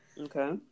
Okay